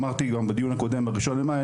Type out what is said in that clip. אמרתי גם בדיון הקודם ב-1 למאי,